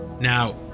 Now